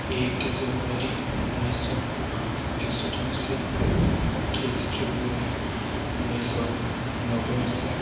ଏକେ ଜାନୁଆରୀ ଉଣେଇଶହ ଏକଷଠି ମସିହା ଅଠେଇଶ ଫେବୃଆରୀ ଉଣେଇଶହ ନବେ ମସିହା